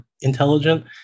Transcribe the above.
intelligent